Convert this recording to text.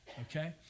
okay